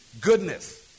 goodness